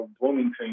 Bloomington